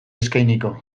eskainiko